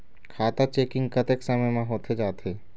खाता चेकिंग कतेक समय म होथे जाथे?